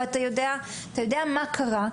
אתה יודע מה קרה,